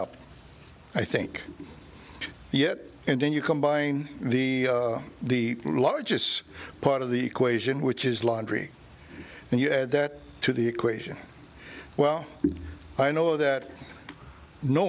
up i think yet and then you combine the the largest part of the equation which is laundry and you add that to the equation well i know that no